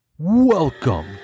Welcome